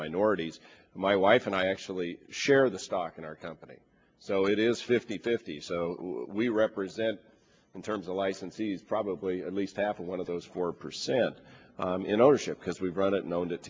minorities my wife and i actually share the stock in our company so it is fifty fifty so we represent in terms of licensees probably at least half of one of those four percent in ownership because we brought it known that